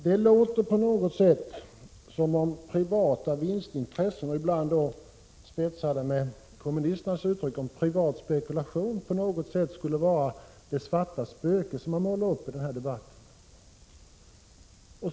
Det låter som om privata vinstintressen — ibland spetsade med kommunisternas uttryck, privat spekulation, — skulle vara det svarta spöke som man målar upp i debatten.